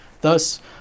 Thus